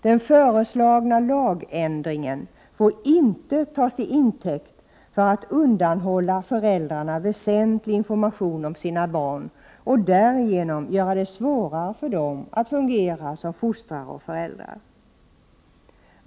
Den föreslagna lagändringen får inte tas till intäkt för att undanhålla föräldrarna väsentlig information om sina barn och därigenom göra det svårare för dem att fungera som fostrare och föräldrar.